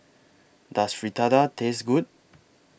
Does Fritada Taste Good